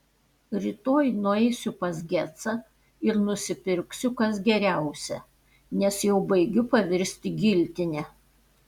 rytoj nueisiu pas gecą ir nusipirksiu kas geriausia nes jau baigiu pavirsti giltine